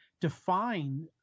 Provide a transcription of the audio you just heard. define